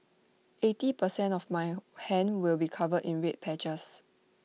eighty per cent of my hand will be covered in red patches